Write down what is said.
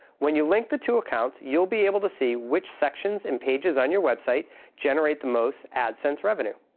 when you link the two accounts you'll be able to see which sections and pages on your website generate the most adsense revenue.